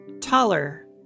taller